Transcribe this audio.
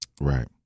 right